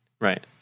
right